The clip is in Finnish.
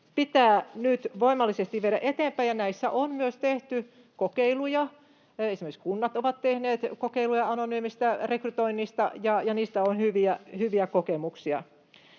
pitää nyt voimallisesti viedä eteenpäin, ja näistä on myös tehty kokeiluja: esimerkiksi kunnat ovat tehneet kokeiluja anonyymistä rekrytoinnista, ja niistä on hyviä kokemuksia.